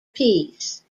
peace